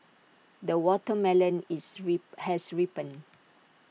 the watermelon is re has ripened